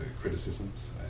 criticisms